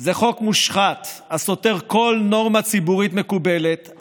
זה חוק מושחת הסותר כל נורמה ציבורית מקובלת,